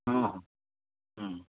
ᱦᱚᱸ ᱦᱚᱸ